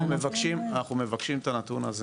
אנחנו מבקשים את הנתון הזה,